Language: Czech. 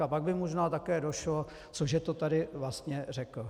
A pak by mu možná také došlo, co že to tady vlastně řekl.